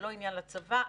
זה לא עניין לצבא.